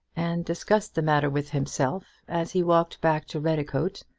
and discussed the matter with himself as he walked back to redicote,